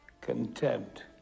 contempt